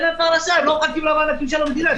הם לא מחכים למענקים של המדינה.